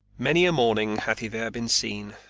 many a morning hath he there been seen,